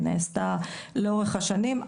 היא נעשתה לאורך השנים,